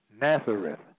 Nazareth